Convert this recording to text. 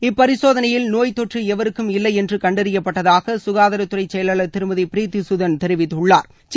இப்பரிசோதனையில் நோய் தொற்று எவருக்கும் இல்லை என்று கண்டறியப்பட்டதாக சுகாதாரத் துறை செயலாளர் திருமதி ப்ரீத்தி குதன் தெரிவித்துள்ளாா்